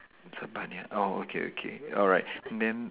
Zabaniyya oh okay okay alright then